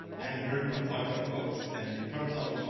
and written a bunch of books. and in terms of